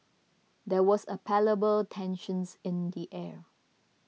there was a palpable tensions in the air